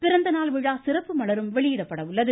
பிறந்தநாள் விழா சிறப்பு மலரும் வெளியிடப்பட உள்ளது